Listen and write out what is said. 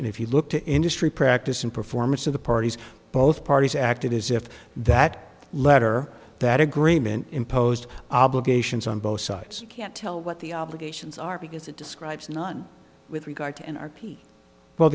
and if you look to industry practice and performance of the parties both parties acted as if that letter that agreement imposed obligations on both sides can't tell what the obligations are because it describes not with regard to